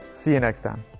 see you next time!